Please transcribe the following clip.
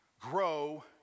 grow